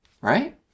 right